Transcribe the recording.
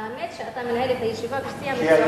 האמת היא שאתה מנהל את הישיבה בשיא המקצועיות,